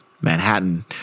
manhattan